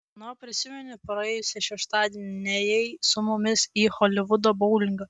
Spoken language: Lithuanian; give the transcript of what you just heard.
na prisimeni praėjusį šeštadienį nėjai su mumis į holivudo boulingą